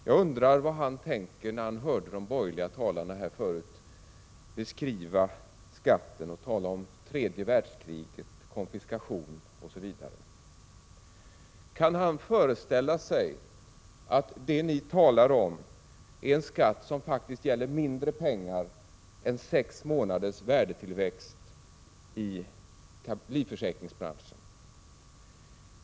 Jag undrar vad han tänkte när han hörde de borgerliga talarna beskriva skatten, tala om ett tredje världskrig, konfiskation osv. Kan han föreställa sig att det ni talar om är en skatt som faktiskt gäller mindre pengar än sex månaders kapitaltillväxt i livförsäkringsbranschen?